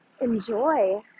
enjoy